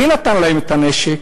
מי נתן להם את הנשק?